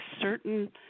certain